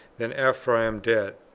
than after i am dead.